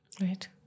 Right